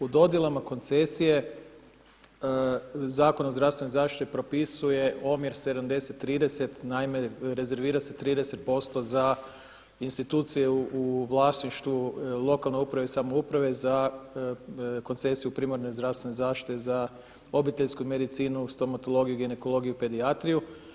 U dodjelama koncesije Zakon o zdravstvenoj zaštiti propisuje omjer 70:30, naime rezervira se 30% za institucije u vlasništvu lokalne uprave i samouprave za koncesiju primarne zdravstvene zaštite za obiteljsku medicinu, stomatologiju, ginekologiju, pedijatriju.